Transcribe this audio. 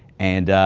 and ah,